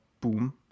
boom